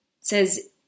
says